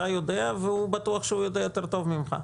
אתה יודע והוא בטוח שהוא יודע יותר טוב ממך.